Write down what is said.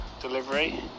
delivery